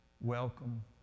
welcome